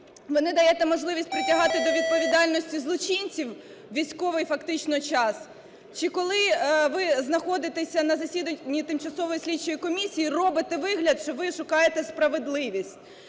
ви не даєте можливість притягати до відповідальності злочинців у військовий фактично час чи коли ви знаходитесь на засіданні тимчасової слідчої комісії, робите вигляд, що ви шукаєте справедливість?